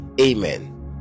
Amen